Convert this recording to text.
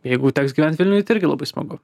jeigu teks gyvent vilniuj tai irgi labai smagu